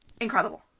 incredible